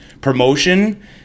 promotion